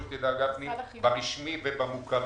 ברשמי ובמוכר,